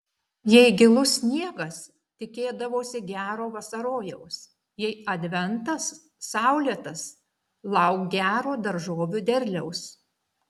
jei gilus sniegas tikėdavosi gero vasarojaus jei adventas saulėtas lauk gero daržovių derliaus